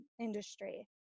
industry